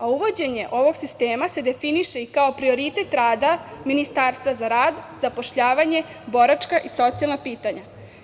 Uvođenje ovog sistema se definiše i kao prioritet rada Ministarstva za rad, zapošljavanje, boračka i socijalna pitanja.